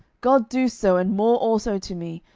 god do so and more also to me,